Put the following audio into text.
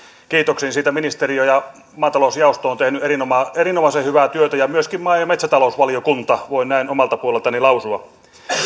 kiitoksiin siitä että ministeriö ja maatalousjaosto ovat tehneet erinomaisen erinomaisen hyvää työtä ja myöskin maa ja metsätalousvaliokunta voin näin omalta puoleltani lausua